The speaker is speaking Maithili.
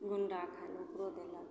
गुन्डा खाइ ले ओकरो देलक